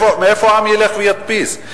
מאיפה העם ילך וידפיס?